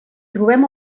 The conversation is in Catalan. trobem